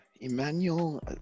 Emmanuel